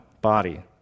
body